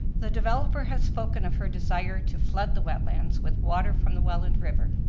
the developer has spoken of her desire to flood the wetlands with water from the welland river.